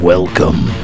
Welcome